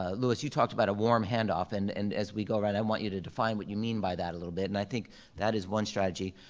ah lewis, you talked about a warm handoff and and as we go around, i want you to define what you mean by that a little bit. and i think that is one strategy.